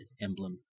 emblem